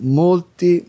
molti